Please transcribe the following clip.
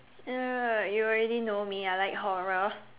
uh you already know me I like horror